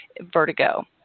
vertigo